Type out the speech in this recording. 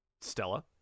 Stella